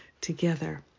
together